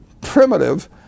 primitive